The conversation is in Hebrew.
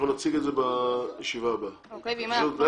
אנחנו נציג את זה בישיבה הבאה.